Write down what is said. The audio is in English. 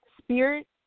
spirit